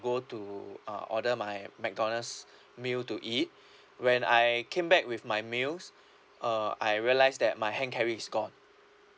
go to uh order my mcdonald's meal to eat when I came back with my meals uh I realised that my hand carry is gone